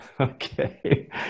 Okay